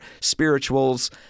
spirituals